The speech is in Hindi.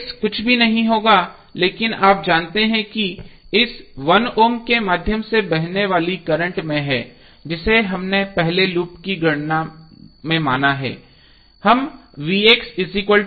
कुछ भी नहीं होगा लेकिन आप जानते हैं कि इस 1 ओम के माध्यम से बहने वाली करंट में है जिसे हमने पहले लूप की गणना में माना है